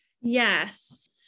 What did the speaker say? Yes